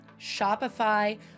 Shopify